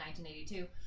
1982